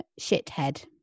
Shithead